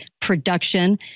production